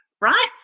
right